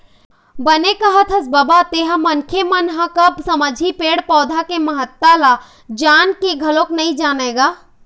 बने कहत हस बबा तेंहा मनखे मन ह कब समझही पेड़ पउधा के महत्ता ल जान के घलोक नइ जानय गा